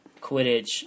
quidditch